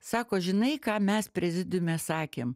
sako žinai ką mes prezidiume sakėm